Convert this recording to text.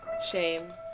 shame